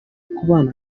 kubana